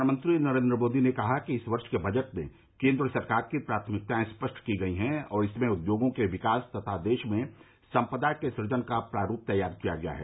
प्रधानमंत्री नरेंद्र मोदी ने कहा कि इस वर्ष के बजट में केन्द्र सरकार की प्राथमिकताए स्पष्ट की गई हैं और इसमें उद्योगों के विकास तथा देश में सम्पदा के सुजन का प्रारूप तैयार किया गया है